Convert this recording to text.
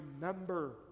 remember